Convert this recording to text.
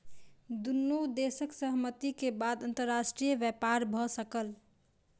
दुनू देशक सहमति के बाद अंतर्राष्ट्रीय व्यापार भ सकल